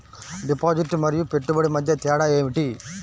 Deposit మరియు పెట్టుబడి మధ్య తేడా ఏమిటి?